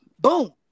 Boom